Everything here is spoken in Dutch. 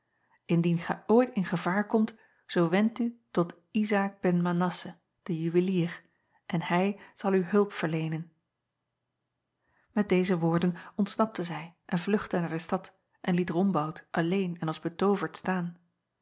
indien gij ooit in gevaar komt zoo wend u tot zaak ben anasse den juwelier en hij zal u hulp acob van ennep laasje evenster delen verleenen et deze woorden ontsnapte zij en vluchtte naar de stad en liet ombout alleen en als betooverd staan